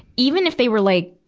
even if they were, like,